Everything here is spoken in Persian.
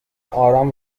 آرام